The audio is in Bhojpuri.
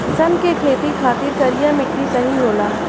सन के खेती खातिर करिया मिट्टी सही होला